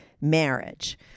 marriage